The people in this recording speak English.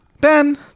Ben